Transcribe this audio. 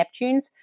Neptunes